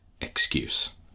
excuse